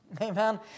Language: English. Amen